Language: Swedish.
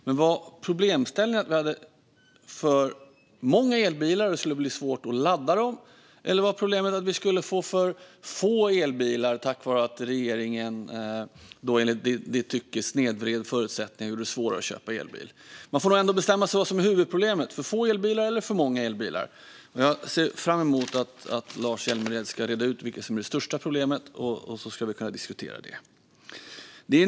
Men var problemställningen att vi hade för många elbilar och att det skulle bli svårt att ladda dem, eller var problemet att vi skulle få för få elbilar tack vare att regeringen, enligt ditt tycke, snedvred förutsättningarna och gjorde det svårare att köpa elbil? Man får nog bestämma sig för vad som är huvudproblemet: för få elbilar eller för många elbilar. Jag ser fram emot att Lars Hjälmered ska reda ut vad som är det största problemet så att vi kan diskutera det.